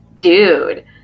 dude